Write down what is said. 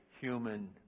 human